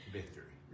Victory